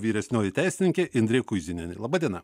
vyresnioji teisininkė indrė kuizinienė laba diena